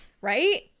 right